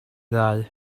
ddau